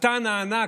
הטיטאן הענק,